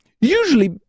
Usually